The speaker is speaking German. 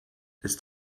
ist